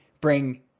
bring